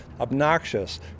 obnoxious